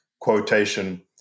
quotation